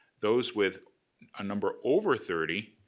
those with a number over thirty,